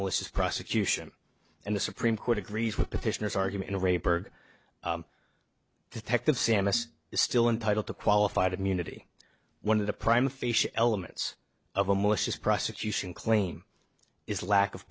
malicious prosecution and the supreme court agrees with petitioners argument of rape or detective sammis is still entitled to qualified immunity one of the prime facie elements of a malicious prosecution claim is lack of